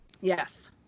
yes